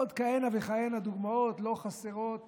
ועוד כהנה וכהנה דוגמאות, ולא חסרות